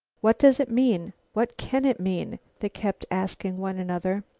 what does it mean? what can it mean? they kept asking one another.